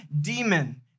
demon